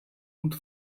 und